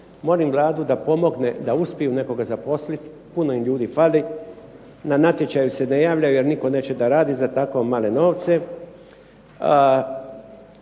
molim Vladu da pomogne da uspiju nekoga zaposliti, puno im ljudi fali, na natječaju se ne javljaju jer nitko neće da radi za tako male novce.